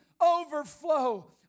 overflow